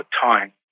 time